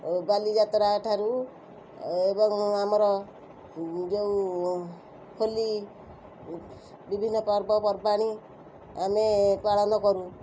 ଓ ବାଲିଯାତ୍ରା ଠାରୁ ଏବଂ ଆମର ଯେଉଁ ହୋଲି ବିଭିନ୍ନ ପର୍ବପର୍ବାଣି ଆମେ ପାଳନ କରୁ